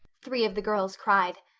three of the girls cried.